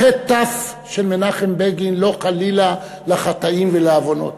לחי"ת של מנחם בגין, לא חלילה לחטאים ולעוונות.